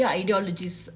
ideologies